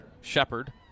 Shepard